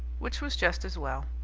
which was just as well.